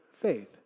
faith